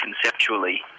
conceptually